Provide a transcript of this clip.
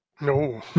No